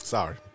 Sorry